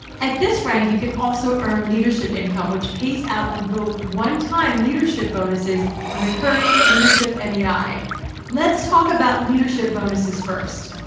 at this rank, you can also earn leadership income which pays out on both one-time leadership bonuses and recurring leadership and mei. let's talk about leadership bonuses first.